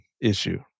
issue